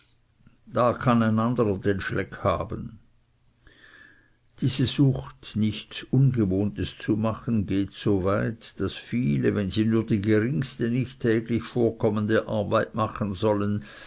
da kann ein anderer den schleck haben diese sucht nichts ungewohntes zu machen geht so weit daß viele wenn sie nur die geringste nicht täglich vorkommende arbeit machen sollen